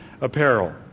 Apparel